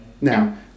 Now